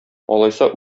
алайса